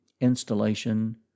installation